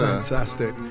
Fantastic